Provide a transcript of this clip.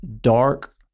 dark